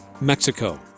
Mexico